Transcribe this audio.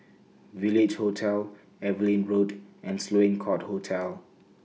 Village Hotel Evelyn Road and Sloane Court Hotel